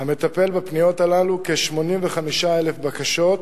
המטפל בפניות הללו, כ-85,000 בקשות.